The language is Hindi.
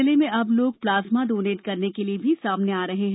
जिले में अब लोग प्लाजमा डोनेट करने के लिए सामने आ रहे है